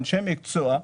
אנשי מקצוע,